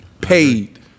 Paid